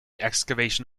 excavation